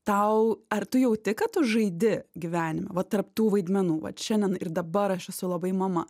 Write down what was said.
tau ar tu jauti kad tu žaidi gyvenime va tarp tų vaidmenų vat šiandien ir dabar aš esu labai mama